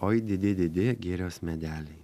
oi didi didi girios medeliai